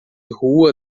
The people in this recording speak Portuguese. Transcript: rua